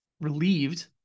relieved